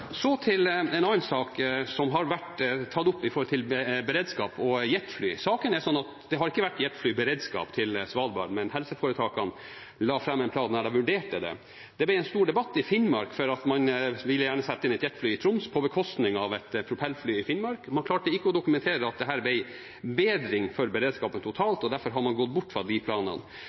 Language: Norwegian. Så til en annen sak som har vært tatt opp: beredskap og jetfly. Saken er at det har ikke vært jetfly i beredskap til Svalbard, men helseforetakene la fram en plan der de vurderte det. Det ble en stor debatt i Finnmark, for man ville gjerne sette inn et jetfly i Troms på bekostning av et propellfly i Finnmark. Man klarte ikke å dokumentere at dette ble en bedring for beredskapen totalt, og derfor har man gått bort fra de planene,